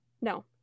No